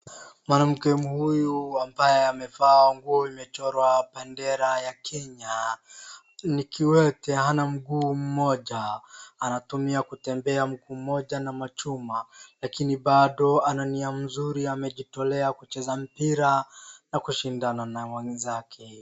Mwanamke huyu ambaye amevaa nguo imechorwa bendera ya Kenya, ni kiwete hana mguu mmoja. Anatumia kutembea mguu mmoja na machuma, lakini bado ana nia mzuri amejitolea kucheza mpira na kushindana na wenzake.